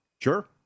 Sure